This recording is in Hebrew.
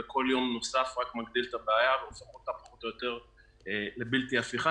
וכל יום נוסף רק מגדיל את הבעיה והופך אותה לבלתי הפיכה.